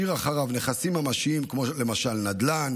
אחריו נכסים ממשיים כמו למשל נדל"ן,